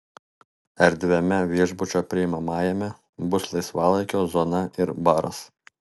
erdviame viešbučio priimamajame bus laisvalaikio zona ir baras